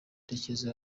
ndekezi